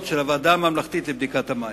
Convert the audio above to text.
של הוועדה הממלכתית לבדיקת משבר המים.